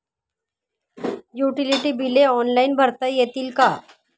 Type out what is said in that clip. Utility बिले online भरता येतील का?